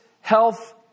health